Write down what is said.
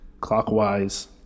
clockwise